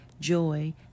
joy